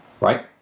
right